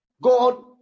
God